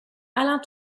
alain